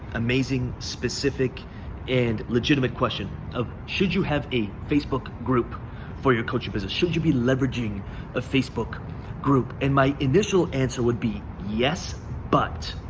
amazing, specific and legitimate question of, should you have a facebook group for your coaching business? should you be leveraging a facebook group? and my initial answer would be yes but